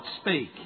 speak